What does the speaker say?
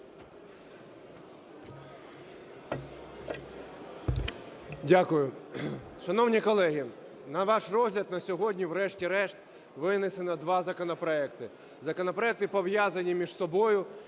Дякую. Шановні колеги, на ваш розгляд на сьогодні, врешті-решт, винесено два законопроекти. Законопроекти пов'язані між собою,